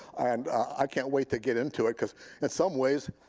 and i can't wait to get into it because in some ways,